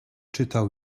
czytał